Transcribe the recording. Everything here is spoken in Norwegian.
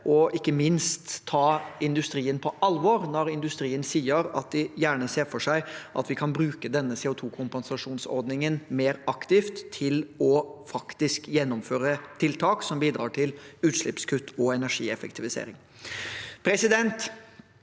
og ikke minst ta industrien på alvor når industrien sier at den gjerne ser for seg at vi kan bruke denne CO2-kompensasjonsordningen mer aktivt til faktisk å gjennomføre tiltak som bidrar til utslippskutt og energieffektivisering.